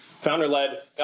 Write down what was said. Founder-led